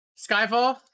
Skyfall